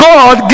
God